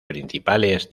principales